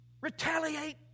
retaliate